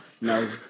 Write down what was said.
No